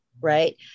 right